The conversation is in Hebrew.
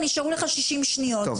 נשארו לך 60 שניות.